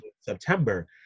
September